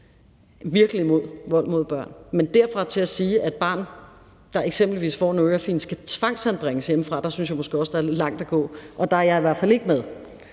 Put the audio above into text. virkelig imod vold mod børn, men derfra og så til at sige, at et barn, der eksempelvis får en ørefigen, skal tvangsanbringes hjemmefra, synes jeg i hvert fald også der er lidt langt at gå, og der er jeg i hvert fald ikke med.